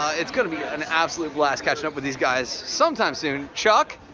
it's gonna be an absolute blast catching up with these guys sometime soon. chuck,